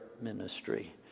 ministry